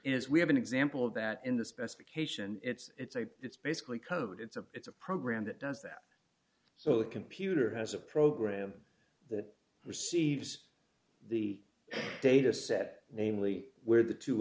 is we have an example of that in the specification it's a it's basically code it's a it's a program that does that so the computer has a program that receives the data set namely where the two